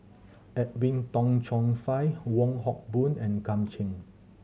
Edwin Tong Chun Fai Wong Hock Boon and Kam Ning